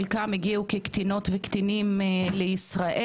חלקם הגיעו כקטינות וקטינים לישראל